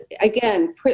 again